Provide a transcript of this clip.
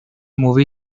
movie